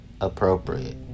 appropriate